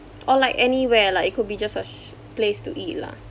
or like anywhere like it could be just a sh~ place to eat lah